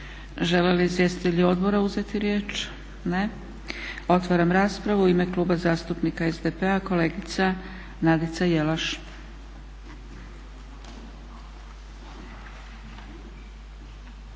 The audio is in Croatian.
Žele li izvjestitelji odbora uzeti riječ? Ne. Otvaram raspravu. U ime Kluba zastupnika SDP-a kolegica Nadica Jelaš.